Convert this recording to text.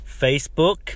Facebook